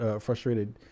frustrated